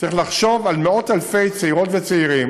צריך לחשוב על מאות-אלפי צעירות וצעירים